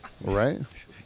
Right